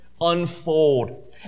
unfold